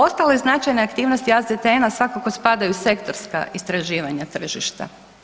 Ostale značajne aktivnosti AZTN-a svakako spadaju u sektorska istraživanja tržišta.